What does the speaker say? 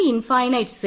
a0 a1